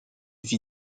vie